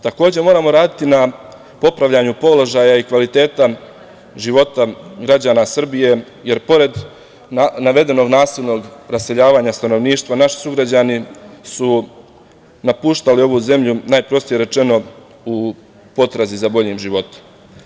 Takođe, moramo raditi na popravljanju položaja i kvaliteta života građana Srbije, jer pored navedenog nasilnog raseljavanja stanovništva naši sugrađani su napuštali ovu zemlju najprostije rečeno u potrazi za boljim životom.